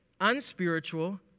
unspiritual